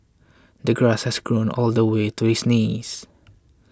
the grass has grown all the way to his knees